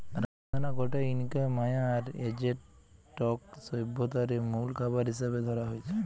রামদানা গটে Inca, Maya আর অ্যাজটেক সভ্যতারে মুল খাবার হিসাবে ধরা হইত